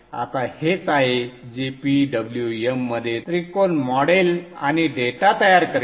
आता हेच आहे जे PWM मध्ये त्रिकोण मोडेल आणि डेटा तयार करेल